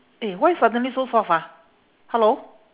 eh why suddenly so soft ah hello